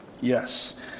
Yes